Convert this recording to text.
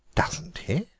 doesn't he?